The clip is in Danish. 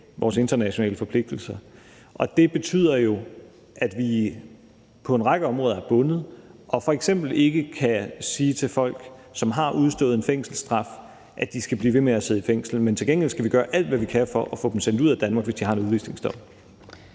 vores internationale forpligtelser, og det betyder jo, at vi på en række områder er bundet og f.eks. ikke kan sige til folk, som har udstået en fængselsstraf, at de skal blive ved med at sidde i fængsel. Men til gengæld skal vi gøre alt, hvad vi kan, for at få dem sendt ud af Danmark, hvis de har en udvisningsdom.